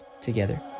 together